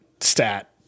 stat